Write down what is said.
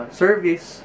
service